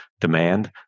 demand